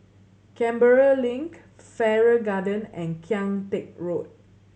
Canberra Link Farrer Garden and Kian Teck Road